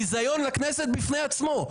ביזיון לכנסת בפני עצמו.